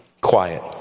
quiet